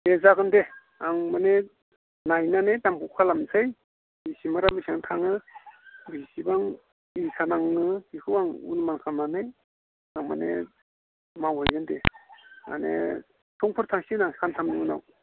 दे जागोन दे आं माने नायनानै दामखौ खालामनोसै बेसेबाङा बेसां थाङो बेसेबां इथा नाङो इखौ आं अनुमान खामनानै आं माने मावहैगोन दे माने समफोर थांसै ना सानथामनि उनाव